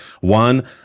One